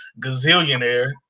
gazillionaire